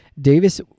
Davis